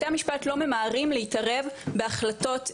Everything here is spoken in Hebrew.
בתי המשפט לא ממהרים להתערב בהחלטות,